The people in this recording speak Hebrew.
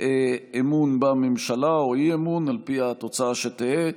אמון בממשלה או אי-אמון, על פי התוצאה שתהיה.